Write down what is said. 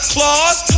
Claus